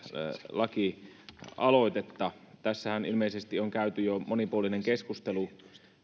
lakialoitetta tässähän ilmeisesti on käyty jo monipuolinen keskustelu